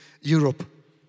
Europe